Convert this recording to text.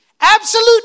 Absolute